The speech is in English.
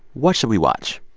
what should we watch?